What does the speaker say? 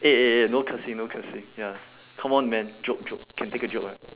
eh eh eh no cursing no cursing ya come on man joke joke can take a joke right